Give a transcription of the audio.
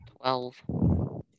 Twelve